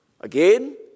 Again